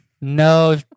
No